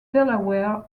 delaware